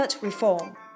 reform